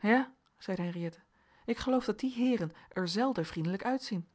ja zeide henriëtte ik geloof dat die heeren er zelden vriendelijk uitzien